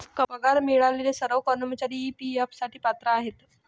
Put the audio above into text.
पगार मिळालेले सर्व कर्मचारी ई.पी.एफ साठी पात्र आहेत